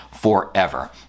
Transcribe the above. forever